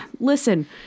Listen